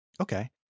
Okay